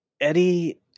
Eddie